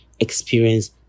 experience